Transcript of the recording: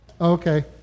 Okay